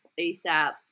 ASAP